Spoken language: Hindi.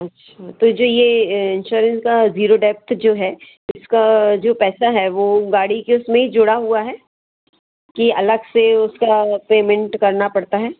अच्छा तो जो ये इंश्योरेंस का ज़ीरो डेप्थ जो है इसका जो पैसा है वो गाड़ी के उसमें ही जोड़ा हुआ है कि अलग से उसका पेमेंट करना पड़ता है